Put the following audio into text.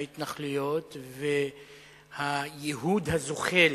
ההתנחלויות והייהוד הזוחל